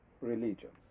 religions